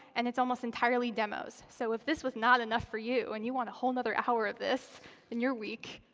and it's almost entirely demos. so if this was not enough for you, and you want a whole and other hour of this in your week,